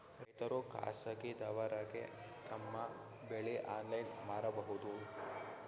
ರೈತರು ಖಾಸಗಿದವರಗೆ ತಮ್ಮ ಬೆಳಿ ಆನ್ಲೈನ್ ಮಾರಬಹುದು?